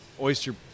oyster